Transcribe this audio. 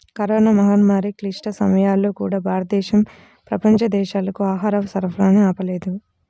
corona మహమ్మారి క్లిష్ట సమయాల్లో కూడా, భారతదేశం ప్రపంచ దేశాలకు ఆహార సరఫరాని ఆపలేదు